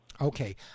okay